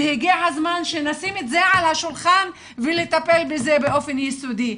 והגיע הזמן שנשים את זה על השולחן ולטפל בזה באופן יסודי.